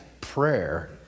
prayer